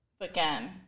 again